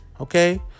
okay